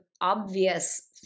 obvious